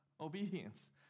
obedience